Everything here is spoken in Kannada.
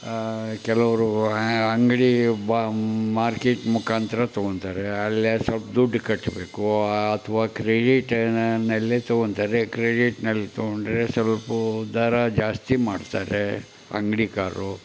ಕೆಲವರು ಅಂಗಡಿ ಬ ಮಾರ್ಕೆಟ್ ಮುಖಾಂತರ ತಗೊಳ್ತಾರೆ ಅಲ್ಲೇ ಸ್ವಲ್ಪ ದುಡ್ಡು ಕಟ್ಟಬೇಕು ಅಥವಾ ಕ್ರೆಡಿಟ್ನಲ್ಲಿ ತಗೊಳ್ತಾರೆ ಕ್ರೆಡಿಟ್ನಲ್ಲಿ ತಗೊಂಡರೆ ಸ್ವಲ್ಪವೂ ದರ ಜಾಸ್ತಿ ಮಾಡ್ತಾರೆ ಅಂಗ್ಡಿಕಾರ್ರು